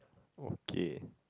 okay